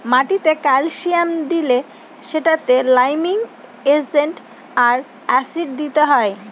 মাটিতে ক্যালসিয়াম দিলে সেটাতে লাইমিং এজেন্ট আর অ্যাসিড দিতে হয়